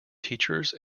teachers